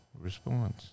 response